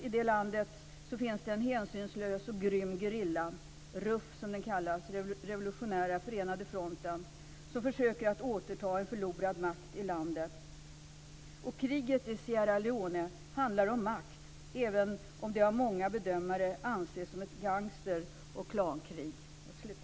I Sierra Leone finns en hänsynslös och grym gerilla, RUF som den kallas - Revolutionära förenade fronten - som försöker att återta en förlorad makt i landet. Och kriget i Sierra Leone handlar om makt, även om det av många bedömare anses som ett gangster och klankrig.